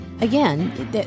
again